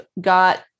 got